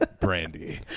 brandy